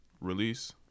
Release